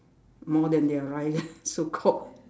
more than their rice so called